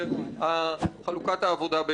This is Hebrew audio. זו חלוקת העבודה בינינו,